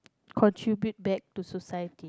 contribute back to society